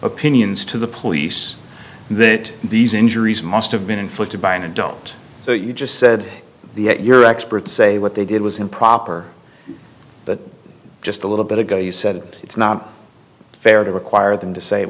opinions to the police that these injuries must have been inflicted by an adult so you just said the your experts say what they did was improper but just a little bit ago you said it's not fair to require them to say it